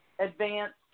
advanced